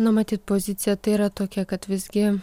nu matyt pozicija tai yra tokia kad visgi